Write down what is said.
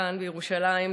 כאן בירושלים,